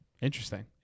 Interesting